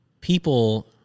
people